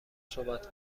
صحبت